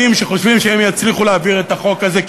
שחושבים שהם יצליחו להעביר את החוק הזה,